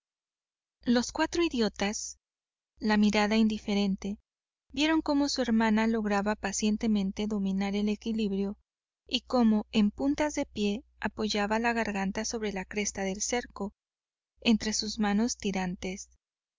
los cuatro idiotas la mirada indiferente vieron cómo su hermana lograba pacientemente dominar el equilibrio y cómo en puntas de pie apoyaba la garganta sobre la cresta del cerco entre sus manos tirantes